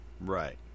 Right